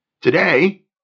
Today